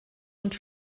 und